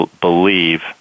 believe